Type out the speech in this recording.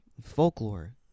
folklore